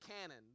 canon